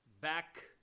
back